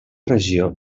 regió